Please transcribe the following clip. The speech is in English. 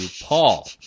Paul